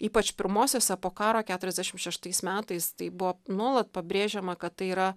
ypač pirmosiose po karo keturiasdešimt šeštais metais tai buvo nuolat pabrėžiama kad tai yra